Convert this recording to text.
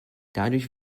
dadurch